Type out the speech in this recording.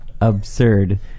Absurd